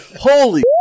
holy